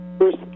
first